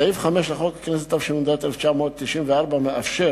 סעיף 5 לחוק הכנסת, התשנ"ד 1994, מאפשר